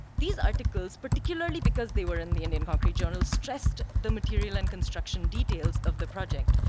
these articles, particularly because they were in the indian concrete journal, stressed the material and construction details of the project.